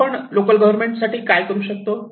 आपण local government साठी काय करू शकतो